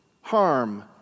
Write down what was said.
harm